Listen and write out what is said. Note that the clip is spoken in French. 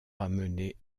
ramener